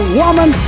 woman